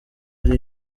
ari